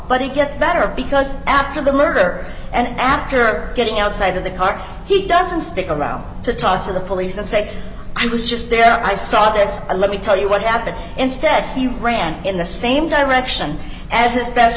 but it gets better because after the murder and after getting outside of the car he doesn't stick around to talk to the police and say i was just there i saw this let me tell you what happened instead he ran in the same direction as his best